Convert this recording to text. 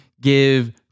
give